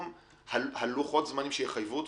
לוחות הזמנים שיחייבו אותו,